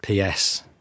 PS